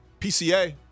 PCA